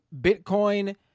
Bitcoin